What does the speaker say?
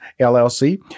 llc